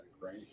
right